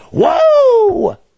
Whoa